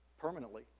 Permanently